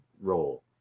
role